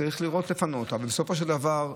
צריך לראות, לפנות, אבל בסופו של דבר,